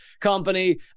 company